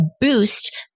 boost